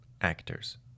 actors